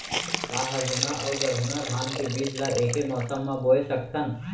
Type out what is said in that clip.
का हरहुना अऊ गरहुना धान के बीज ला ऐके मौसम मा बोए सकथन?